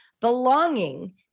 Belonging